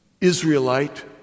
Israelite